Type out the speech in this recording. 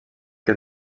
que